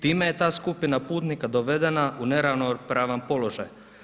Time je ta skupina putnika dovedena u neravnopravan položaj.